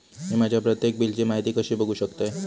मी माझ्या प्रत्येक बिलची माहिती कशी बघू शकतय?